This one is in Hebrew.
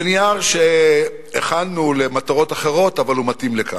זה נייר שהכנו למטרות אחרות, אבל הוא מתאים לכאן.